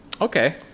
okay